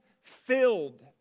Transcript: filled